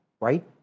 right